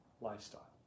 lifestyle